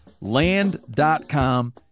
Land.com